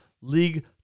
league